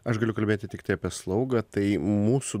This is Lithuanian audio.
aš galiu kalbėti tiktai apie slaugą tai mūsų